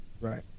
Right